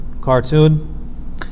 cartoon